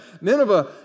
Nineveh